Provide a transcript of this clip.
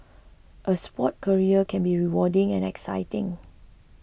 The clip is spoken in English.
a sports career can be rewarding and exciting